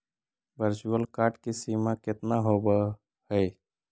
virtual card की सीमा केतना होवअ हई